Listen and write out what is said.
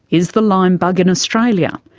is the lyme bug in australia?